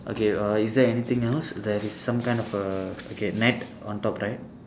okay uh is there anything else there is some kind of err okay net on top right